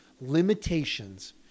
limitations